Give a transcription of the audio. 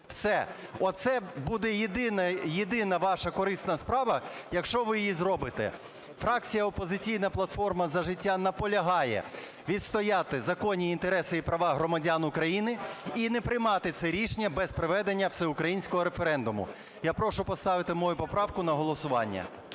Все. Оце буде єдина ваша корисна справа, якщо ви її зробите. Фракція "Опозиційна платформа – За життя" наполягає відстояти законні інтереси і права громадян України і не приймати це рішення без проведення всеукраїнського референдуму. Я прошу поставити мою поправку на голосування.